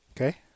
Okay